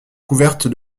couverte